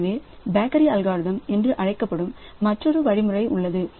எனவே bakery algorithm என்று அழைக்கப்படும் மற்றொரு வழிமுறை உள்ளது